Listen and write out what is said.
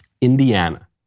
Indiana